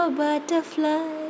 butterfly